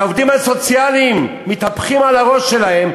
העובדים הסוציאליים מתהפכים על הראש שלהם,